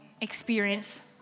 experience